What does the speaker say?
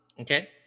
Okay